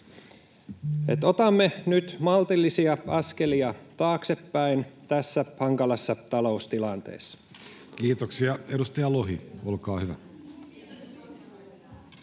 otamme nyt maltillisia askelia taaksepäin tässä hankalassa taloustilanteessa. Kiitoksia. — Edustaja Lohi, olkaa hyvä.